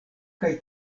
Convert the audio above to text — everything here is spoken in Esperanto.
kaj